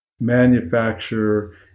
manufacture